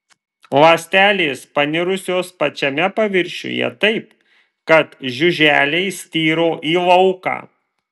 ląstelės panirusios pačiame paviršiuje taip kad žiuželiai styro į lauką